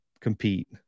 compete